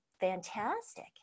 fantastic